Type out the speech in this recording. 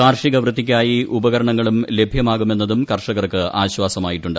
കാർഷിക വൃത്തിക്കായി ഉപകരണങ്ങളും ലഭ്യമാകുമെന്നതും കർഷകർക്ക് ആശ്വാസ്ട്രമായിട്ടുണ്ട്